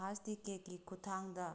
ꯐꯥꯁ ꯇꯤꯀꯦꯠꯀꯤ ꯈꯨꯊꯥꯡꯗ